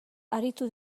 aritu